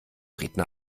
redner